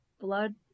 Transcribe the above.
blood